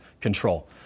control